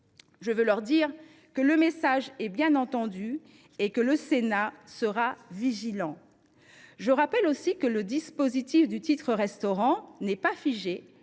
Je veux leur dire que le message a été bien entendu et que le Sénat sera vigilant. Je rappelle aussi que le dispositif n’est pas figé